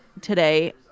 today